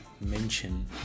mention